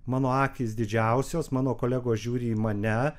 mano akys didžiausios mano kolegos žiūri į mane